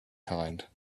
kind